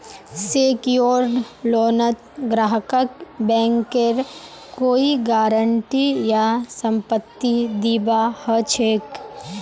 secured लोनत ग्राहकक बैंकेर कोई गारंटी या संपत्ति दीबा ह छेक